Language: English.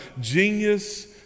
genius